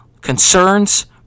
Concerns